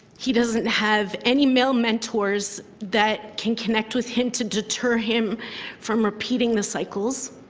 he doesn't have any male mentors that can connect with him to deter him from repeating the cycles.